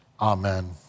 Amen